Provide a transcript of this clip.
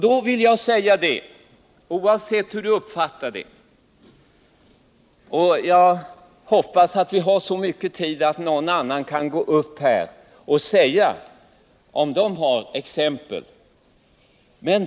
Då vill jag säga det, oavsett hur det uppfattas. Jag hoppas att vi har så mycket tid att ytterligare någon kan gå upp här och säga om han eller hon har exempel.